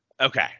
Okay